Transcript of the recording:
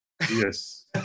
Yes